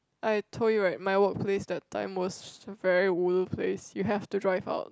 I told you right my workplace that time was very ulu place you have to drive out